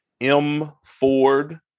mford